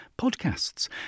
podcasts